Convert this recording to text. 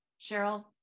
Cheryl